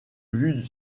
vue